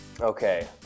Okay